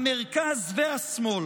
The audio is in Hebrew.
המרכז והשמאל,